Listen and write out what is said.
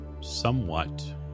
somewhat